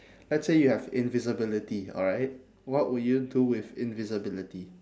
let's say you have invisibility alright what would you do with invisibility